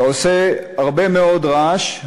אתה עושה הרבה מאוד רעש,